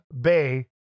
Bay